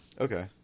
Okay